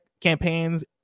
campaigns